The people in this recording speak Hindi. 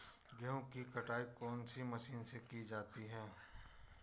गेहूँ की कटाई कौनसी मशीन से की जाती है?